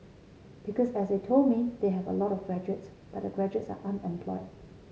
because as they told me they have a lot of graduates but the graduates are unemployed